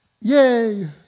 Yay